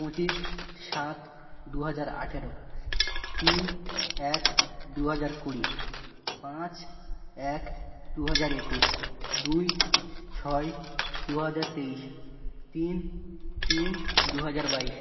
পঁচিশ সাত দু হাজার আঠেরো তিন এক দু হাজার কুড়ি পাঁচ এক দু হাজার একুশ দুই ছয় দু হাজার তেইশ তিন তিন দু হাজার বাইশ